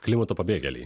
klimato pabėgėliai